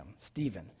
Stephen